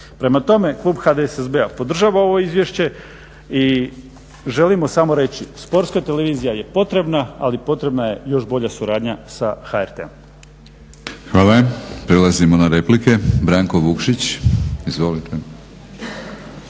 Prema tome, klub HDSSB-a podržava ovo izvješće i želimo samo reći, Sportska televizija je potrebna, ali potrebna je još bolja suradnja sa HRT-om. **Batinić, Milorad (HNS)** Hvala. Prelazimo na replike. Branko Vukšić, izvolite.